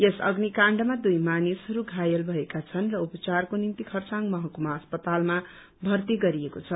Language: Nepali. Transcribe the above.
यस अग्निकाण्डमा दुइ मानिसहरू घायल भएका छन् र उपचारको निम्ति खरसाङ महकुमा अस्पतालमा भर्ती गरिएको छ